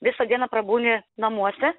visą dieną prabūni namuose